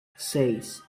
seis